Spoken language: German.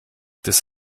des